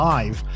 Live